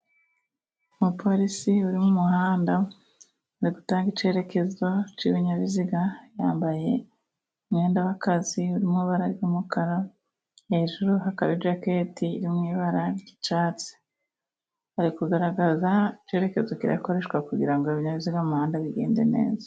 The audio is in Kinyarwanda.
Umupolisi uri mu muhanda gutanga icyerekezo cy'ibinyabiziga, yambaye umwenda w'akazi, uri mo ibara ry'umukara, hejuru hakaba ijaketi iri mu ibara ry'icyatsi. Ari kugaragaza icyerekezo kirakoreshwa kugirango ibiyazemuhanda bigende neza.